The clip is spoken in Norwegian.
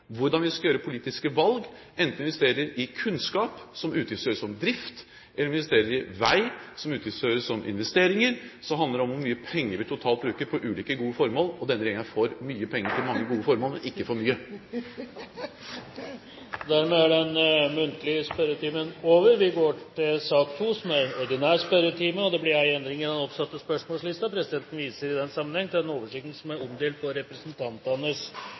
hvordan vi skal gjøre politiske valg. Enten vi investerer i kunnskap, som utgiftsføres som drift, eller vi investerer i vei, som utgiftsføres som investeringer, handler det om hvor mye penger vi totalt bruker på ulike gode formål. Denne regjeringen er for mye penger til mange gode formål, men ikke for mye! Dermed er den muntlige spørretimen over. Det blir en endring i den oppsatte spørsmålslisten, og presidenten viser i den sammenheng til den oversikten som er omdelt på representantenes